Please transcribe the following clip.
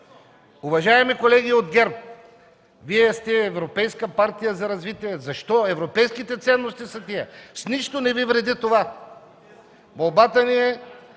Уважаеми колеги от ГЕРБ, Вие сте европейската партия за развитие. Защо? Европейски ценности са тези, с нищо не Ви вреди това. Уважаеми